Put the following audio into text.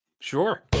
Sure